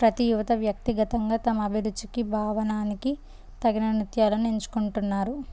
ప్రతీ యువత వ్యక్తిగతంగా తమ అభిరుచికి భావనకి తగిన నృత్యాలను ఎంచుకుంటున్నారు